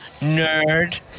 nerd